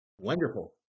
Wonderful